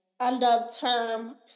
end-of-term